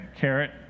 carrot